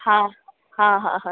हा हाहाहा